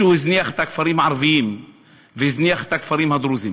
מישהו הזניח את הכפרים הערביים והזניח את הכפרים הדרוזיים.